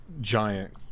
giant